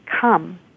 come